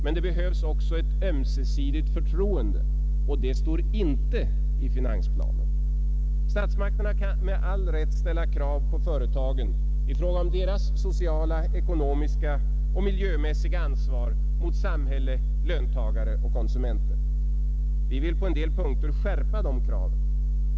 Men det behövs också ett ömsesidigt förtroende. Och det står inte i finansplanen. Statsmakterna kan med all rätt ställa krav på företagen i fråga om deras sociala, ekonomiska och miljömässiga ansvar mot samhälle, lön tagare och konsumenter. Vi vill på en del punkter skärpa de kraven.